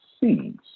seeds